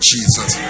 Jesus